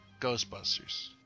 Ghostbusters